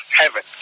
heaven